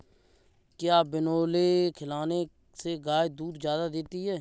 क्या बिनोले खिलाने से गाय दूध ज्यादा देती है?